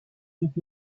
und